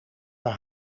haar